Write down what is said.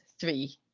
three